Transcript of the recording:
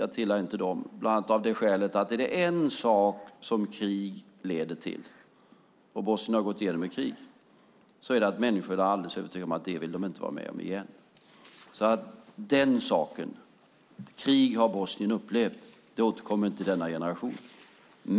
Jag tillhör inte dem, bland annat av det skälet att om det är något krig leder till, och Bosnien har gått igenom ett krig, så är det att människorna är alldeles övertygade om att de inte vill vara med om det igen. Krig har Bosnien upplevt. Det återkommer inte i denna generation.